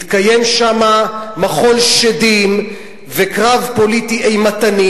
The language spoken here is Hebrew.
מתקיים שם מחול שדים וקרב פוליטי אימתני,